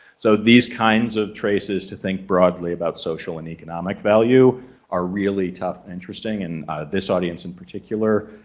so these kinds of traces to think broadly about social and economic value are really tough interesting and this audience in particular.